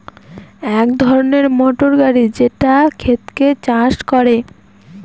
এক ধরনের মোটর গাড়ি যেটা ক্ষেতকে চাষ করে